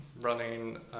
running